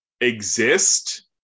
exist